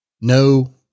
No